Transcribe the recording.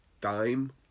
Dime